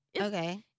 Okay